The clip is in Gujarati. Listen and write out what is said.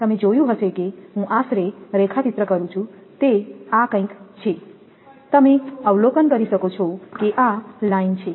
તમે જોયું હશે કે હું આશરે રેખાચિત્ર કરું છું તે આ કંઈક છે તમે અવલોકન કરી શકો છો કે આ લાઇન છે